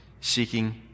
seeking